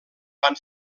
van